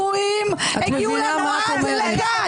את מבינה מה את אומרת.